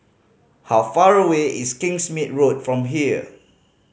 how far away is Kingsmead Road from here